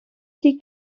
тій